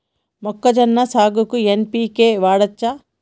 మొక్కజొన్న సాగుకు ఎన్.పి.కే వాడచ్చా?